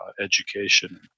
education